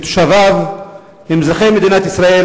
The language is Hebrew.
שתושביו הם אזרחי מדינת ישראל,